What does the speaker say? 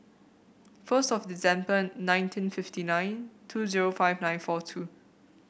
first of December nineteen fifty one two zero five nine four two